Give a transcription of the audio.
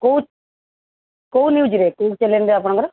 କୋଉ କୋଉ ନିଉଜ୍ରେ କୋଉ ଚ୍ୟାନେଲ୍ରେ ଆପଣଙ୍କର